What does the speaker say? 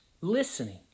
listening